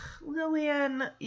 Lillian